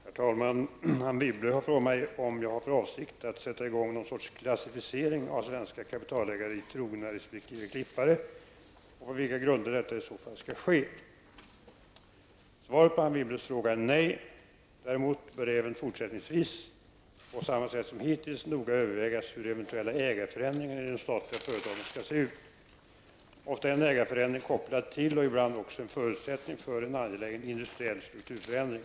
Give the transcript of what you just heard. Herr talman! Anne Wibble har frågat mig om jag har för avsikt att sätta i gång någon sorts klassificering av svenska kapitalägare i ''trogna'' resp. ''klippare'' och på vilka grunder detta i så fall skall ske. Svaret på Anne Wibbles fråga är nej. Däremot bör även fortsättningsvis -- på samma sätt som hittills -- noga övervägas hur eventuella ägarförändringar i de statliga företagen skall se ut. Ofta är en ägarförändring kopplad till och ibland också en förutsättning för en angelägen industriell strukturförändring.